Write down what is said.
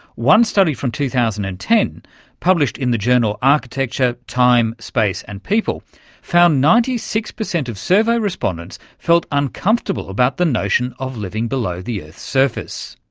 one study from two thousand and ten published in the journal architecture time space and people found ninety six percent of survey respondents felt uncomfortable about the notion of living below the earth's surface.